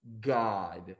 God